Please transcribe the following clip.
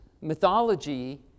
mythology